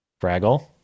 Fraggle